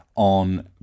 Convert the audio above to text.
on